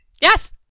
Yes